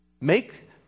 Make